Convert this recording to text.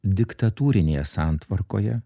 diktatūrinėje santvarkoje